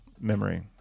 memory